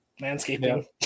landscaping